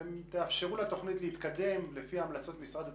--- אתם תאפשרו לתוכנית להתקדם לפי המלצות משרד התחבורה,